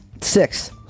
Six